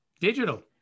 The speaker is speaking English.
digital